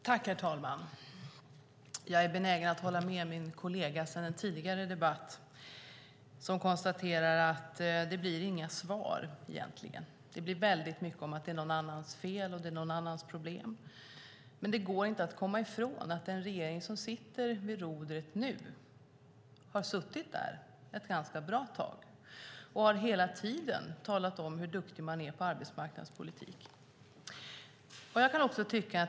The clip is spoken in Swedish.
Herr talman! Jag är benägen att hålla med min kollega i den tidigare debatten, som konstaterade att det inte blir några svar. Det blir mycket om att det är någon annans fel och någon annans problem. Det går dock inte att komma ifrån att den regering som nu sitter vid rodret, och som suttit där ett bra tag, hela tiden har talat om hur duktig den är på arbetsmarknadspolitik.